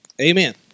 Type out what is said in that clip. Amen